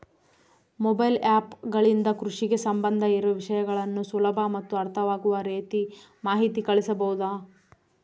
Mobile app ಗಳಿಂದ ಕೃಷಿಗೆ ಸಂಬಂಧ ಇರೊ ವಿಷಯಗಳನ್ನು ಸುಲಭ ಮತ್ತು ಅರ್ಥವಾಗುವ ರೇತಿ ಮಾಹಿತಿ ಕಳಿಸಬಹುದಾ?